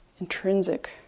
intrinsic